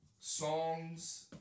Songs